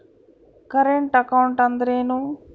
Current account ಅಂದರೇನು?